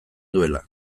duela